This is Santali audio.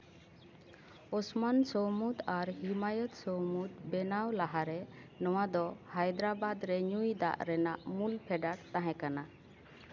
ᱳᱥᱢᱟᱱ ᱥᱳᱣᱢᱩᱫ ᱟᱨ ᱦᱤᱢᱟᱭᱚᱛ ᱥᱳᱣᱢᱩᱫ ᱵᱮᱱᱟᱣ ᱱᱚᱣᱟ ᱫᱚ ᱦᱟᱭᱫᱨᱟᱵᱟᱫ ᱨᱮ ᱧᱩᱭ ᱫᱟᱜ ᱨᱮᱱᱟᱜ ᱢᱩᱞ ᱯᱷᱮᱰᱟᱛ ᱛᱟᱦᱮᱸ ᱠᱟᱱᱟ